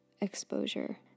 exposure